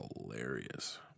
hilarious